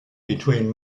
between